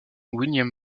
william